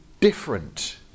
different